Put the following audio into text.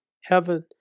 Heaven